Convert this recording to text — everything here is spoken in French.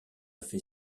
fait